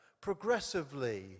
progressively